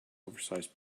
oversized